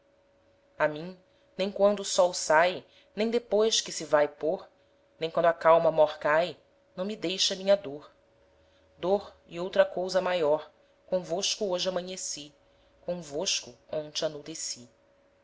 a mim nem quando o sol sae nem depois que se vae pôr nem quando a calma mór cae não me deixa a minha dôr dôr e outra cousa maior convosco hoje amanheci convosco honte